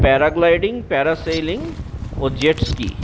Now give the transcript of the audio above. paragliding parasailing ও jet ski